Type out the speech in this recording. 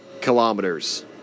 kilometers